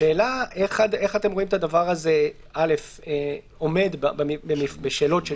השאלה איך אתם רואים את הדבר הזה עומד בשאלות של